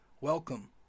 Welcome